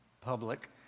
public